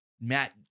Matt